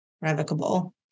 revocable